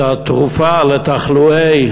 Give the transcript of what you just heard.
התרופה לתחלואי